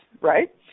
right